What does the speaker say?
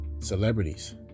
celebrities